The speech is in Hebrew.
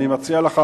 אני מציע לך,